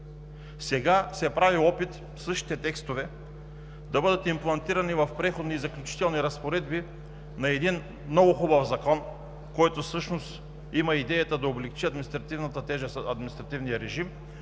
Сега се прави опит същите текстове да бъдат имплантирани в „Преходни и заключителни разпоредби“ на един „много хубав закон“, който всъщност има идеята да облекчи административната тежест, административния режим